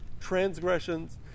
transgressions